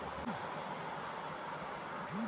ఎన్ని రకాల debit card ఉన్నాయి?